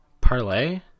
Parlay